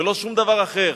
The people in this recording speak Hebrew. ולא שום דבר אחר.